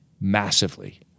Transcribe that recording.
massively